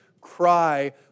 cry